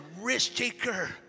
risk-taker